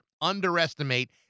underestimate